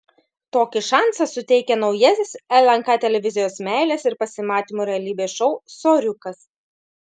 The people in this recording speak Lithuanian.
tokį šansą suteikia naujasis lnk televizijos meilės ir pasimatymų realybės šou soriukas